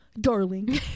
darling